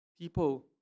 people